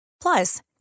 Plus